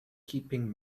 keeping